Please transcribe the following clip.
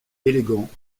élégant